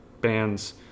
bands